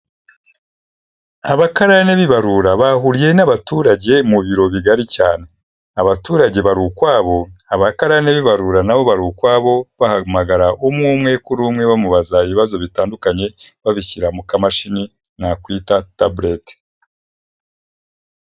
Abakarani b'ibarura bahuriye n'abaturage mu biro bigari cyane, abaturage bari ukwabo abakarani b'ibarura na bo bari ukwabo bahamagara umwe umwe kuri umwe bamubaza ibibazo bitandukanye, babishyira mu kamashini nakwita tablet.